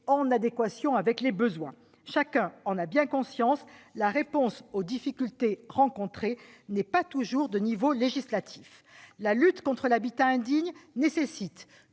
en adéquation avec les besoins. Chacun en a bien conscience, la réponse aux difficultés rencontrées ne relève pas toujours du niveau législatif. La lutte contre l'habitat indigne nécessite